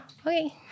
okay